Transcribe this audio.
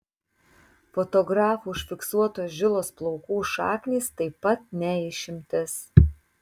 fotografų užfiksuotos žilos plaukų šaknys taip pat ne išimtis